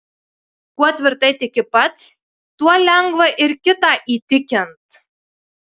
kuo tvirtai tiki pats tuo lengva ir kitą įtikint